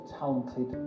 talented